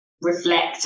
reflect